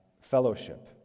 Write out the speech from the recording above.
fellowship